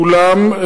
כולם,